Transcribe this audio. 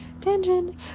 tangent